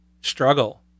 struggle